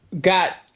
got –